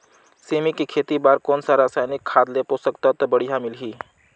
सेमी के खेती बार कोन सा रसायनिक खाद ले पोषक तत्व बढ़िया मिलही?